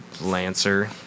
Lancer